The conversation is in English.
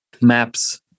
maps